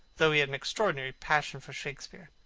though he had an extraordinary passion for shakespeare.